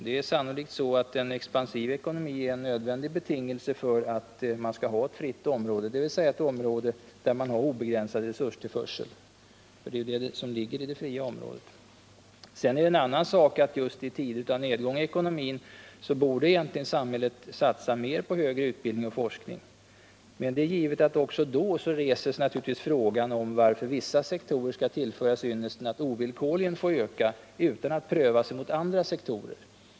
Det är sannolikt så att en expansiv ekonomi är en nödvändig betingelse för ett fritt område, dvs. ett område med obegränsad resurstillförsel — det är ju det som avses med det fria området. Sedan är det en annan sak att just i tider av nedgång i ekonomin borde samhället egentligen satsa mer på högre utbildning och forskning. Men det är givet att också då reses frågan varför vissa sektorer skall tillförsäkras ynnesten att ovillkorligen få öka utan att prövas mot andra sektorer.